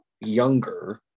younger